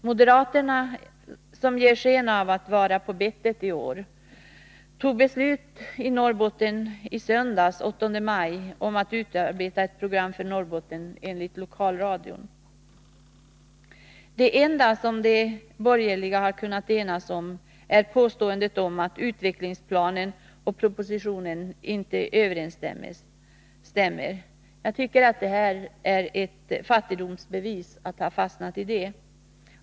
Moderaterna, som ger sken av att vara på bettet i år, fattade i söndags, den 8 maj, i Norrbotten beslut om att utarbeta ett program för Norrbotten, enligt lokalradion. Det . enda som de borgerliga har kunnat enas om är påståendet om att utvecklingsplanen och propositionen inte överensstämmer. Jag tycker att detta är ett fattigdomsbevis.